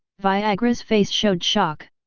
viagra's face showed shock.